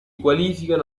qualificano